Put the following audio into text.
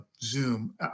Zoom